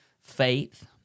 faith